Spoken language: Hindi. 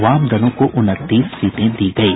वाम दलों को उनतीस सीटें दी गयी